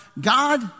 God